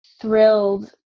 thrilled